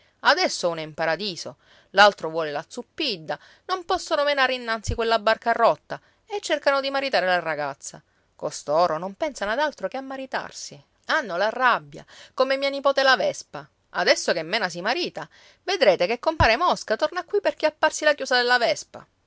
adesso uno è in paradiso l'altro vuole la zuppidda non possono menare innanzi quella barca rotta e cercano di maritare la ragazza costoro non pensano ad altro che a maritarsi hanno la rabbia come mia nipote la vespa adesso che mena si marita vedrete che compare mosca torna qui per chiapparsi la chiusa della vespa